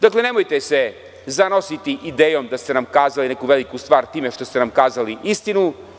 Dakle, nemojte se zanositi idejom da ste nam kazali neku veliku stvar time što ste nam kazali istinu.